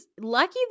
lucky